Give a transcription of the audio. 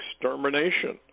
extermination